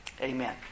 Amen